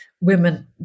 women